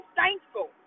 thankful